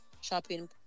shopping